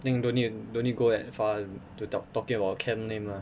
think don't need don't need go that far to talk talking about camp name lah